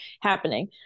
happening